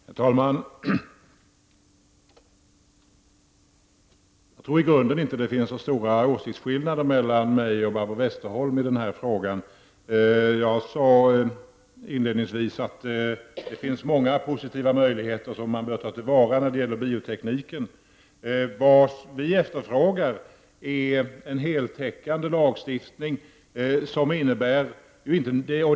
Herr talman! Jag tror att det i grunden inte finns så stora åsiktsskillnader mellan mig och Barbro Westerholm i den här frågan. Jag sade inledningsvis att biotekniken ger många positiva möjligheter, som vi bör ta till vara. Vad vi efterfrågar är en heltäckande lagstiftning.